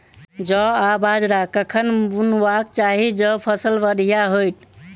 जौ आ बाजरा कखन बुनबाक चाहि जँ फसल बढ़िया होइत?